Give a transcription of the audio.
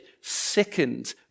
sickened